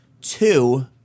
Two